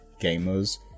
gamers